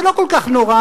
זה לא כל כך נורא,